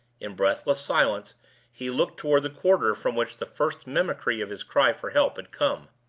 in breathless silence he looked toward the quarter from which the first mimicry of his cry for help had come.